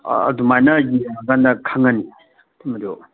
ꯑꯥ ꯑꯗꯨꯃꯥꯏꯅ ꯌꯦꯡꯂ ꯀꯥꯟꯗ ꯈꯪꯒꯅꯤ ꯃꯗꯨ